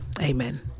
amen